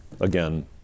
again